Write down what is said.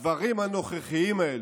הדברים הנוכחיים האלה,